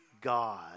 God